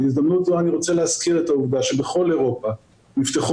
בהזדמנות זו אני רוצה להזכיר את העובדה שבכל אירופה נפתחו